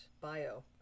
bio